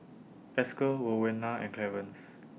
Esker Rowena and Clearence